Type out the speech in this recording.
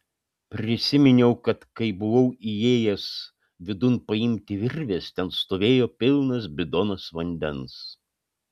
prisiminiau kad kai buvau įėjęs vidun paimti virvės ten stovėjo pilnas bidonas vandens